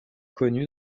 connue